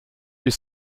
you